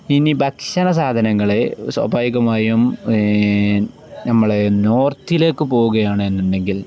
ഇനി ഭക്ഷണ സാധനങ്ങള് സ്വഭാവികമായും നമ്മള് നോർത്തിലേക്കു പോകുകയാണെന്നുണ്ടെങ്കിൽ